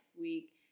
week